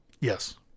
Yes